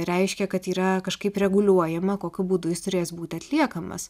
reiškia kad yra kažkaip reguliuojama kokiu būdu jis turės būti atliekamas